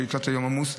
לקראת יום עמוס,